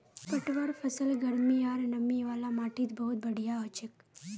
पटवार फसल गर्मी आर नमी वाला माटीत बहुत बढ़िया हछेक